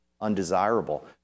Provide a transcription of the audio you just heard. undesirable